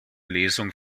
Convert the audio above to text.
lesung